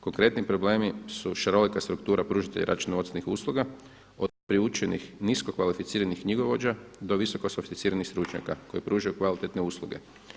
Konkretni problemi su šarolika struktura pružitelja računovodstvenih usluga od priučenih niskokvalificiranih knjigovođa do visoko sofisticiranih stručnjaka koji pružaju kvalitetne usluge.